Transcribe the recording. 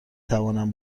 توانم